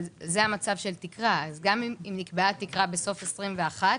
זה המצב של תקרה, וגם אם נקבעה תקרה בסוף 2021,